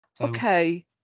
Okay